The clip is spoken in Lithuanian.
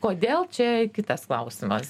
kodėl čia kitas klausimas